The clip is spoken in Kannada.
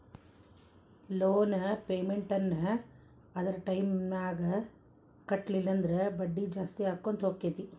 ಲೊನ್ ಪೆಮೆನ್ಟ್ ನ್ನ ಅದರ್ ಟೈಮ್ದಾಗ್ ಕಟ್ಲಿಲ್ಲಂದ್ರ ಬಡ್ಡಿ ಜಾಸ್ತಿಅಕ್ಕೊತ್ ಹೊಕ್ಕೇತಿ